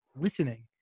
listening